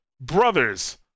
Brothers